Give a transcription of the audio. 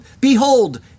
Behold